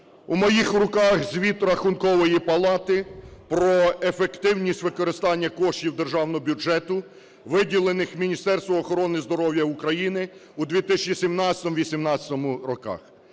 У моїх руках звіт Рахункової палати про ефективність використання коштів державного бюджету, виділених Міністерству охорони здоров'я України у 2017-2018 роках.